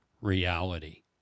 reality